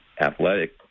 athletic